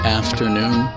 afternoon